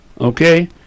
okay